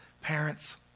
parents